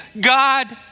God